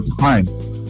time